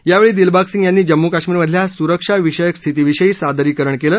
यावेळी दिलबांग सिंग यांनी जम्मू काश्मीरमधल्या स्रक्षा विषयक स्थितीविषयी सादरीकरण केलं